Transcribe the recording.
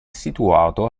situato